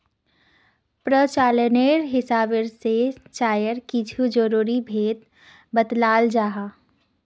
प्रचालानेर हिसाब से चायर कुछु ज़रूरी भेद बत्लाल जाहा